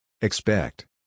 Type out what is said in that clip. Expect